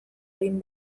egin